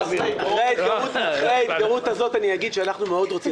אחרי ההתגרות הזאת אני אגיד שאנחנו מאוד רוצים.